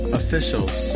officials